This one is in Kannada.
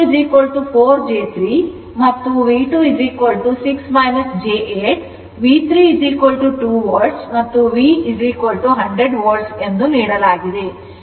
V1 4 j 3 and this is V2 6 j 8 ಮತ್ತು V3 2 Volt ಮತ್ತು V 100 Volt ಎಂದು ನೀಡಲಾಗಿದೆ